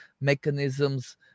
mechanisms